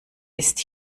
ist